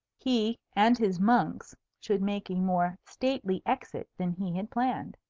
he and his monks should make a more stately exit than he had planned.